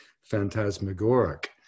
phantasmagoric